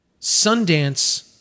Sundance